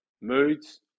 Moods